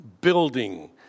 building